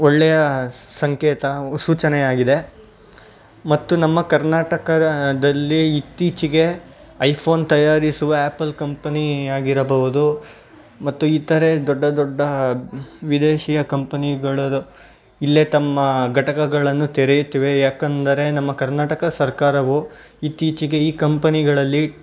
ಒಳ್ಳೆಯ ಸಂಕೇತ ಸೂಚನೆಯಾಗಿದೆ ಮತ್ತು ನಮ್ಮ ಕರ್ನಾಟಕದಲ್ಲಿ ಇತ್ತೀಚಿಗೆ ಐ ಫೋನ್ ತಯಾರಿಸುವ ಆ್ಯಪಲ್ ಕಂಪನಿ ಆಗಿರಬಹುದು ಮತ್ತು ಇತರೆ ದೊಡ್ಡ ದೊಡ್ಡ ವಿದೇಶೀಯ ಕಂಪನಿಗಳಾದ ಇಲ್ಲೇ ತಮ್ಮ ಘಟಕಗಳನ್ನು ತೆರೆಯುತ್ತಿವೆ ಯಾಕಂದರೆ ನಮ್ಮ ಕರ್ನಾಟಕ ಸರ್ಕಾರವು ಇತ್ತೀಚಿಗೆ ಈ ಕಂಪನಿಗಳಲ್ಲಿ